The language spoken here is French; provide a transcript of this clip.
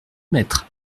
maître